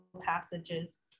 passages